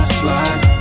slide